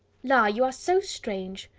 la! you are so strange!